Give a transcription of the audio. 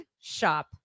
shop